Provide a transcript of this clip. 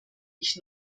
ich